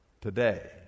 today